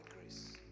grace